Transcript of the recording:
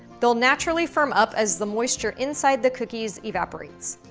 they'll naturally firm up as the moisture inside the cookies evaporates.